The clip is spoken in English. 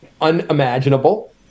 unimaginable